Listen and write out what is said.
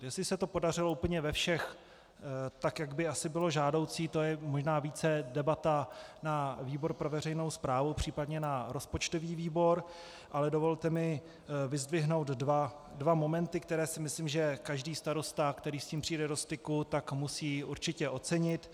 Jestli se to podařilo úplně ve všech, tak jak by asi bylo žádoucí, to je možná více debata na výbor pro veřejnou správu, případně na rozpočtový výbor, ale dovolte mi vyzdvihnout dva momenty, které si myslím, že každý starosta, který s tím přijde do styku, musí určitě ocenit.